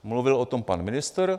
Mluvil o tom pan ministr.